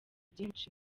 byinshi